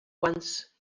once